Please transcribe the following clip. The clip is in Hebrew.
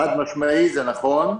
חד-משמעית זה נכון.